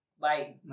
bye